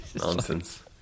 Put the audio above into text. nonsense